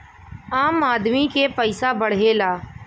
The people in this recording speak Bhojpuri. आम आदमी के पइसा बढ़ेला